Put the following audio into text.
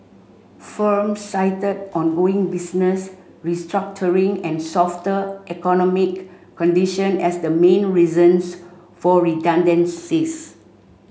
firms cited ongoing business restructuring and softer economic condition as the main reasons for redundancies